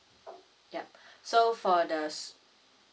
yup so for the